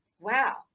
wow